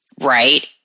right